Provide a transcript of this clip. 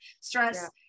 stress